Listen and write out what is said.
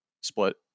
split